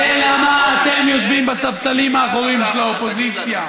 זה למה אתם יושבים בספסלים האחוריים של האופוזיציה.